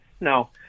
no